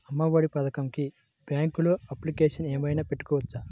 అమ్మ ఒడి పథకంకి బ్యాంకులో అప్లికేషన్ ఏమైనా పెట్టుకోవచ్చా?